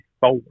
four